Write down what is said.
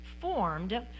formed